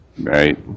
right